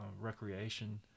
recreation